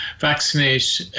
vaccinate